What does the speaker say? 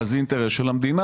אבל זה אינטרס של המדינה.